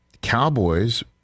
Cowboys